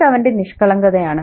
അത് അവന്റെ നിഷ്കളങ്കതയാണ്